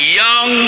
young